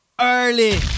early